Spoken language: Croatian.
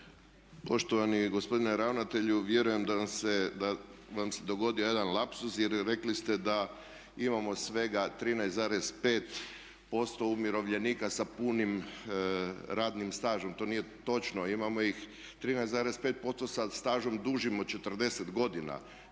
Poštovani gospodine ravnatelju, vjerujem da vam se dogodio jedan lapsus jer rekli ste da imamo svega 13,5% umirovljenika sa punim radnim stažom. To nije točno. Imamo ih 13,5% sa stažom dužim od 40 godina.